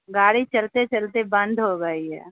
گاڑی چلتے چلتے بند ہو گئی ہے